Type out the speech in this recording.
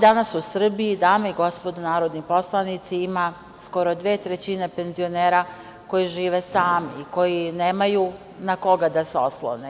Danas u Srbiji, dame i gospodo narodni poslanici, ima skoro 2/3 penzionera koji žive sami i koji nemaju na koga da se oslone.